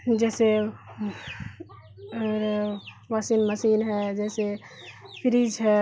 جیسے washing machine ہے جیسے فریج ہے